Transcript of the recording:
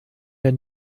der